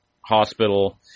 Hospital